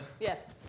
Yes